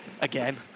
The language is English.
Again